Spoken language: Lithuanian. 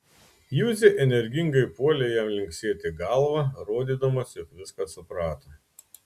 juzė energingai puolė jam linksėti galva rodydamas jog viską suprato